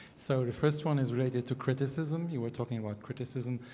so the first one is related to criticism. you were talking about criticism.